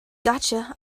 gotcha